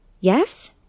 Yes